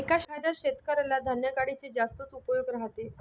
एका शेतकऱ्याला धान्य गाडीचे जास्तच उपयोग राहते